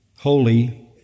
holy